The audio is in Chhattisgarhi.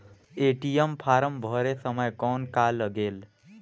ए.टी.एम फारम भरे समय कौन का लगेल?